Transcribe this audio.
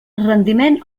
rendiment